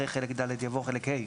אחרי חלק ד' יבוא: "חלק ה'